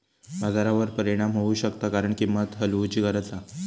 बाजारावर परिणाम होऊ शकता कारण किंमत हलवूची गरज हा